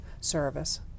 service